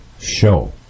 show